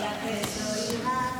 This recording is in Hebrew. חבריי חברי הכנסת,